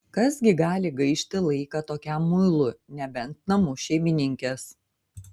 kas gi gali gaišti laiką tokiam muilui nebent namų šeimininkės